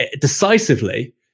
decisively